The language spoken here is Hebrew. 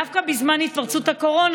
דווקא בזמן התפרצות הקורונה,